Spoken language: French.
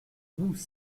nous